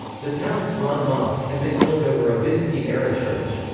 the town's grand mosque had been built over a byzantine-era church.